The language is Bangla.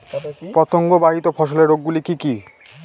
পতঙ্গবাহিত ফসলের রোগ গুলি কি কি?